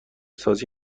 سازی